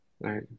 Right